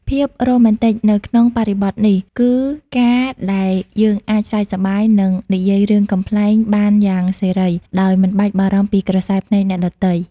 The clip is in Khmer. ភាពរ៉ូមែនទិកនៅក្នុងបរិបទនេះ គឺការដែលយើងអាចសើចសប្បាយ និងនិយាយរឿងកំប្លែងបានយ៉ាងសេរី ដោយមិនបាច់បារម្ភពីក្រសែភ្នែកអ្នកដទៃ។